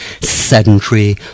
sedentary